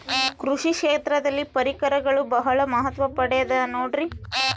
ಕೃಷಿ ಕ್ಷೇತ್ರದಲ್ಲಿ ಪರಿಕರಗಳು ಬಹಳ ಮಹತ್ವ ಪಡೆದ ನೋಡ್ರಿ?